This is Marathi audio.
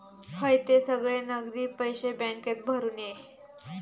हयते सगळे नगदी पैशे बॅन्केत भरून ये